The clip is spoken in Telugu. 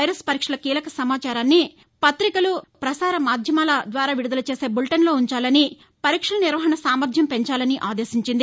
వైరస్ పరీక్షల కీలక సమాచారాన్ని పతికలు ప్రసార మాధ్యమాలను విడుదలచేసే బులెటన్లో ఉంచాలని పరీక్షలు నిర్వహణసామర్యం పెంచాలని ఆదేశించింది